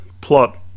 plot